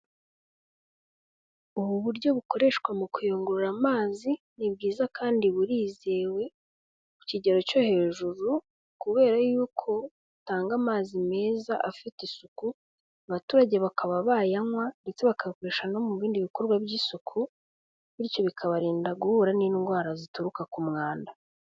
Ubu buryo bukoreshwa mu kuyungurura amazi ni bwiza kandi burizewe ku kigero cyo hejuru kubera yuko butanga amazi meza afite isuku, abaturage bakaba bayanywa ndetse bakayakoresha no mu bindi bikorwa by'isuku, bityo bikabarinda guhura n'indwara zituruka ku mwanda.